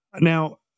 Now